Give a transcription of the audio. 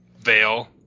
veil